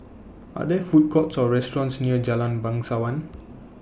Are There Food Courts Or restaurants near Jalan Bangsawan